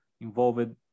involved